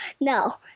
No